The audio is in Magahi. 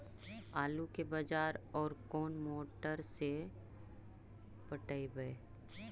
आलू के बार और कोन मोटर से पटइबै?